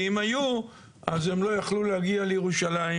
ואם היו, אז הם לא יכלו להגיע לירושלים.